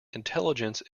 intelligence